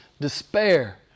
despair